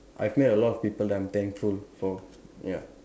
I've met a lot of people that I'm thankful for ya